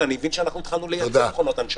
הבנתי שהתחלנו לייצא מכונות הנשמה.